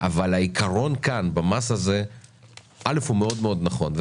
אבל העיקרון במס הזה מאוד מאוד נכון.